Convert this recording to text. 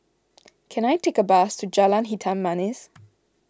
can I take a bus to Jalan Hitam Manis